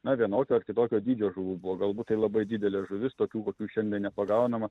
na vienokio ar kitokio dydžio žuvų buvo galbūt tai labai didelė žuvis tokių kokių šiandien nepagaunama